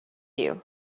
you